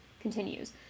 continues